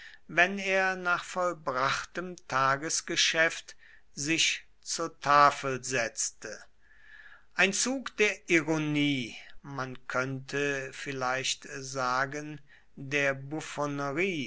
wenn er nach vollbrachtem tagesgeschäft sich zur tafel setzte ein zug der ironie man könnte vielleicht sagen der